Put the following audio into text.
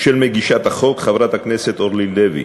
של מגישת החוק, חברת הכנסת אורלי לוי.